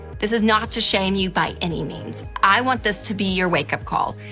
this is not to shame you by any means. i want this to be your wake-up call.